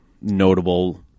notable